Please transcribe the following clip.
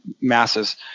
masses